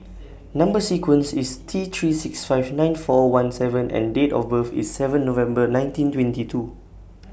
Number sequence IS T three six five nine four one seven M and Date of birth IS seven November nineteen twenty two